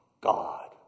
God